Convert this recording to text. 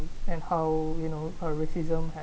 and how you know uh racism had